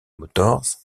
motors